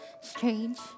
strange